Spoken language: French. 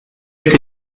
est